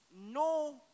no